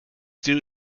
due